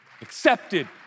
Accepted